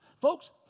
folks